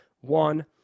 one